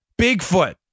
Bigfoot